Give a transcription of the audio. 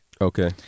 Okay